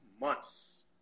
months